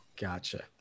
Gotcha